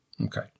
Okay